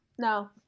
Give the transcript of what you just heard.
no